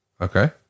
Okay